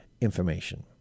information